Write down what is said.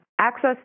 access